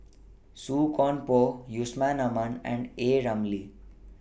Song Koon Poh Yusman Aman and A Ramli